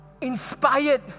inspired